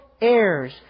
heirs